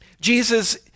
Jesus